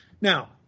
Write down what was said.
Now